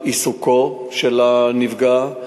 עיסוקו של הנפגע,